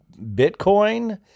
Bitcoin